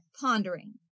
pondering